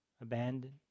abandoned